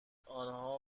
آنها